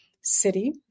city